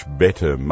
better